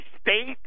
state